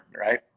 right